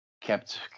kept